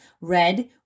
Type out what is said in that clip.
red